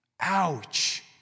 Ouch